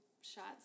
shots